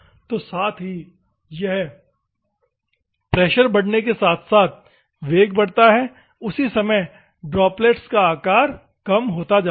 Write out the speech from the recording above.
तो साथ ही यह प्रेशर बढ़ने के साथ साथ वेग बढ़ता है उसी समय ड्रॉप्लेट्स का आकार कम होता जाता है